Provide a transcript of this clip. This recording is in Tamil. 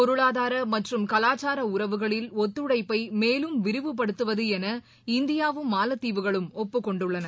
பொருளாதாரமற்றும் கலாச்சாரஉறவுகளில் ஒத்துழைப்பைமேலும் விரிவுபடுத்துவதுஎன இந்தியாவும் மாலத்தீவுகளும் ஒப்புக்கொண்டுள்ளன